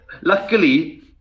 luckily